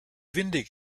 windig